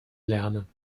lernen